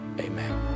Amen